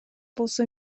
болсо